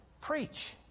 preach